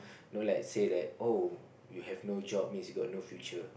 know like say that oh you have no job means you got no future